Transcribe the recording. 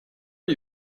are